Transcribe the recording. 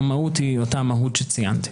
המהות היא אותה מהות שציינתי.